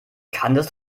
kanntest